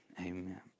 Amen